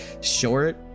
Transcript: short